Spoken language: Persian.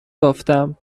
بافتم